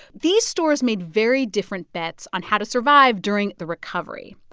these stores made very different bets on how to survive during the recovery.